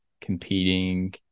competing